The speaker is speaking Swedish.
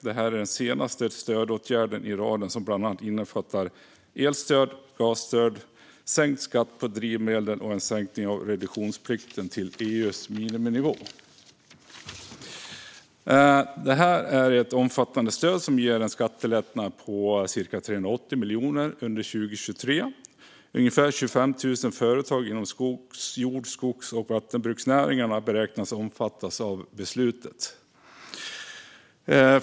Detta är den senaste stödåtgärden i raden som bland annat innefattar elstöd, gasstöd, sänkt skatt på drivmedel och en sänkning av reduktionsplikten till EU:s miniminivå. Det här är ett omfattande stöd som ger en skattelättnad på cirka 380 miljoner under 2023. Ungefär 25 000 företag inom jord, skogs och vattenbruksnäringarna beräknas omfattas av beslutet.